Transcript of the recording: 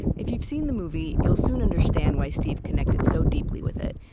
if you've seen the movie, you'll soon understand why steve connected so deeply with it.